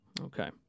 Okay